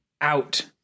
out